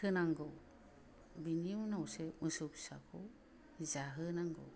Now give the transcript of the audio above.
होनांगौ बेनि उनावसो मोसौ फिसाखौ जाहोनांगौ